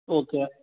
okay